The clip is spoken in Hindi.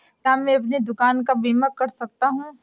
क्या मैं अपनी दुकान का बीमा कर सकता हूँ?